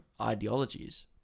ideologies